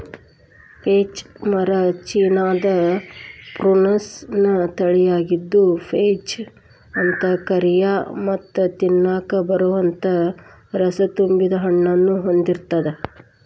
peach ಮರ ಚೇನಾದ Prunus ನ ತಳಿಯಾಗಿದ್ದು, ಪೇಚ್ ಅಂತ ಕರಿಯೋ ಮತ್ತ ತಿನ್ನಾಕ ಬರುವಂತ ರಸತುಂಬಿದ ಹಣ್ಣನ್ನು ಹೊಂದಿರ್ತಾವ